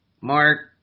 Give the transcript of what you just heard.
Mark